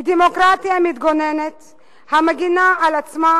היא דמוקרטיה מתגוננת המגינה על עצמה